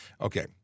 Okay